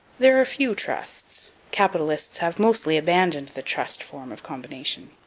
there are few trusts capitalists have mostly abandoned the trust form of combination.